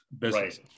business